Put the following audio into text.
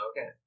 Okay